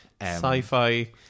sci-fi